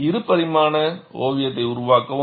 இரு பரிமாண ஓவியத்தை உருவாக்கவும்